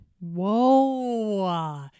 Whoa